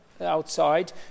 outside